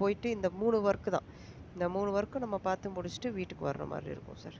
போயிட்டு இந்த மூணு ஒர்க்கு தான் இந்த மூணு ஒர்க்கும் நம்ம பார்த்து முடித்துட்டு வீட்டுக்கு வரமாதிரி இருக்கும் சார்